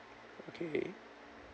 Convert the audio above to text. okay